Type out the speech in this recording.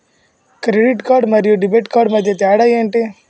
Credit card మరియు debit card మధ్య తేడా ఎంటి?